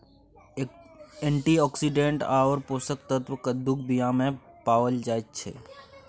antioxidant आओर पोषक तत्व कद्दूक बीयामे पाओल जाइत छै